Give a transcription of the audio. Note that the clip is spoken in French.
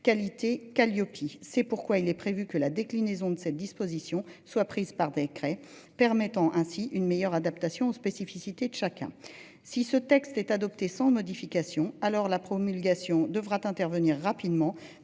qualité Kaliopie. C'est pourquoi il est prévu que la déclinaison de cette dispositions soient prises par décret permettant ainsi une meilleure adaptation aux spécificités de chacun, si ce texte est adopté sans modification. Alors la promulgation devra intervenir rapidement